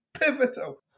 pivotal